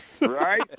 Right